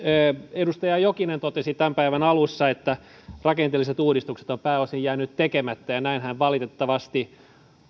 edustaja jokinen totesi tämän päivän alussa että rakenteelliset uudistukset ovat pääosin jääneet tekemättä ja näinhän valitettavasti